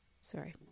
Sorry